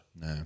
no